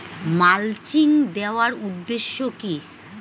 Mulching দেওয়ার উদ্দেশ্য কি?